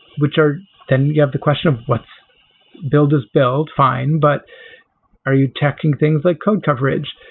which are then you have the question of what's build is build, fine. but are you checking things like code coverage?